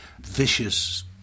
vicious